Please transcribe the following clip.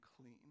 clean